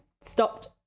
stopped